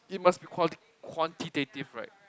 it must be quali~ quantitative right